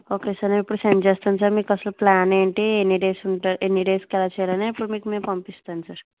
okay sir నేను ఇప్పుడు send చేస్తాను సర్ మీకు అసలు ప్లాన్ ఏంటి ఎన్ని డేస్ ఉంటాను ఎన్ని డేస్కి ఎలా చేయాలని ఇప్పుడు మీకు నేను పంపిస్తాను సర్